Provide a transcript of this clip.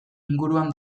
inguruan